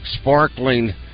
sparkling